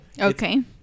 Okay